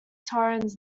torrens